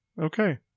okay